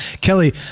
kelly